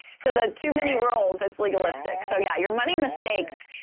so the too many roles it's legalistic. so yeah, your money, mistakes.